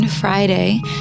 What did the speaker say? Friday